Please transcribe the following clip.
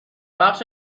بخش